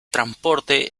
transporte